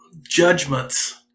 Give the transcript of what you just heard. judgments